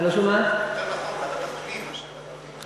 יותר נכון ועדת הפנים מאשר ועדת החינוך.